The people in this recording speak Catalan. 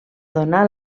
donar